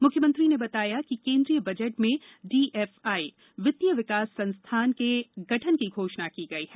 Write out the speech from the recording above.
मुख्यमंत्री ने बताया कि केंद्रीय बजट में डीएफआई वित्तीय विकास संस्थान के गठन की घोषणा की गई है